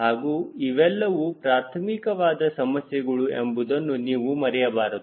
ಹಾಗೂ ಇವೆಲ್ಲವೂ ಪ್ರಾರ್ಥಮಿಕ ವಾದ ಸಮಸ್ಯೆಗಳು ಎಂಬುದನ್ನು ನೀವು ಮರೆಯಬಾರದು